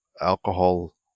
alcohol